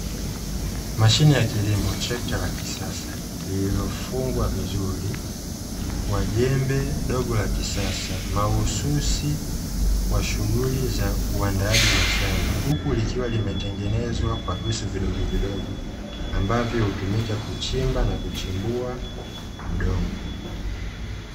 Mashine ya kilimo, trekta la kisasa lililofungwa vizuri kwa jembe dogo la kisasa mahususi kwa shughuli za uandaaji wa shamba, huku likiwa limetengenezwa kwa visu vidogo vidogo ambavyo hutumika kuchimba na kuchimbua udongo.